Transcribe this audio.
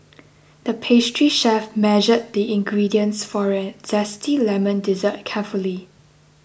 the pastry chef measured the ingredients for a Zesty Lemon Dessert carefully